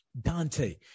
Dante